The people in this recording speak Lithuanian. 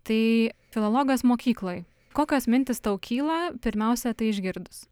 tai filologas mokykloj kokios mintys tau kyla pirmiausia tai išgirdus